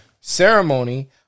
ceremony